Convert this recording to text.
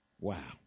Wow